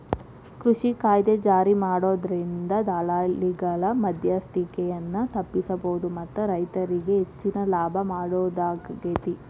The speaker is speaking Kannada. ಕೃಷಿ ಕಾಯ್ದೆ ಜಾರಿಮಾಡೋದ್ರಿಂದ ದಲ್ಲಾಳಿಗಳ ಮದ್ಯಸ್ತಿಕೆಯನ್ನ ತಪ್ಪಸಬೋದು ಮತ್ತ ರೈತರಿಗೆ ಹೆಚ್ಚಿನ ಲಾಭ ಮಾಡೋದಾಗೇತಿ